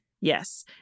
Yes